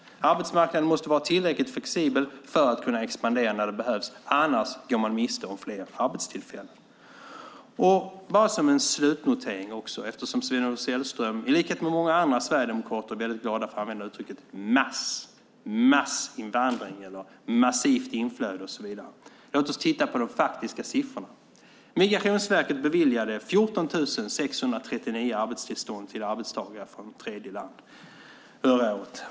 Arbetsmarknaden måste vara tillräckligt flexibel för att kunna expandera när det behövs, annars går man miste om fler arbetstillfällen. Låt oss slutligen titta på de faktiska siffrorna eftersom Sven-Olof Sällström, i likhet med många andra sverigedemokrater är väldigt glada i att använda massinvandring eller massivt inflöde. Migrationsverket beviljade 14 639 arbetstillstånd till arbetstagare från tredjeland förra året.